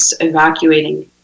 evacuating